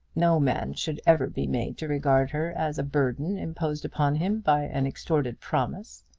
no man should ever be made to regard her as a burden imposed upon him by an extorted promise!